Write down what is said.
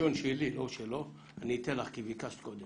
בלשון שלי, לא שלו, אני אתן לך כי ביקשת קודם.